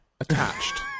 attached